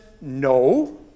no